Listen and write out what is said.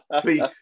please